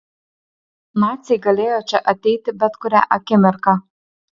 naciai galėjo čia ateiti bet kurią akimirką